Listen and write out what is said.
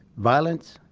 violence,